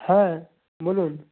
হ্যাঁ বলুন